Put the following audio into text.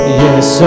yes